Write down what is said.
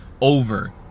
over